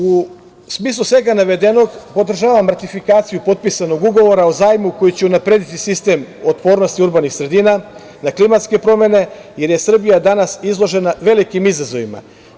U smislu svega navedenog, podržavam ratifikaciju potpisanog ugovora o zajmu koji će unaprediti sistem otpornosti urbanih sredina na klimatske promene, jer je Srbija danas izložena velikim izazovima.